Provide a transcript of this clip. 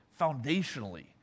foundationally